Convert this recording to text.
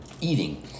eating